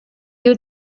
you